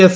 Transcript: S